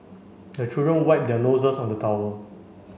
the children wipe their noses on the towel